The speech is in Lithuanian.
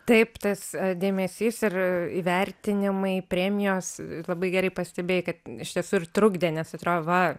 taip tas dėmesys ir įvertinimai premijos labai gerai pastebėjai kad iš tiesų ir trukdė nes atrodo va